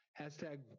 hashtag